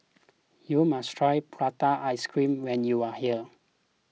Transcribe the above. you must try Prata Ice Cream when you are here